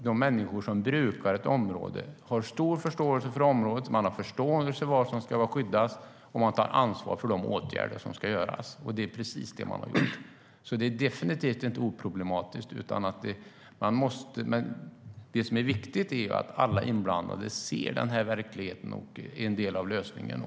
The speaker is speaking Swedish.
De människor som brukar ett område har stor förståelse för området. Man har förståelse för vad som ska skyddas, och man tar ansvar för de åtgärder som ska vidtas. Det är precis det man har gjort.